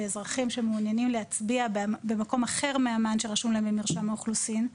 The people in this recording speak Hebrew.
לאזרחים שמעוניינים להצביע במקום אחר מהמען שרשום להם ממרשם האוכלוסין,